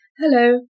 Hello